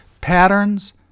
Patterns